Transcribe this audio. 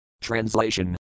Translation